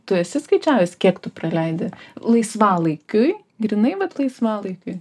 tu esi skaičiavęs kiek tu praleidi laisvalaikiui grynai vat laisvalaikiui